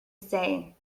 say